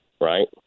right